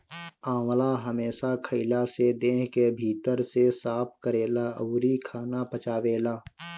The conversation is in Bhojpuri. आंवला हमेशा खइला से देह के भीतर से साफ़ करेला अउरी खाना पचावेला